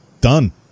Done